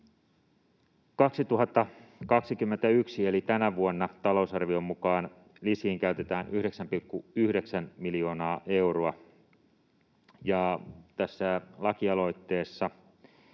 2021 eli tänä vuonna talousarvion mukaan lisiin käytetään 9,9 miljoonaa euroa, ja tässä lakialoitteessa